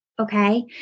Okay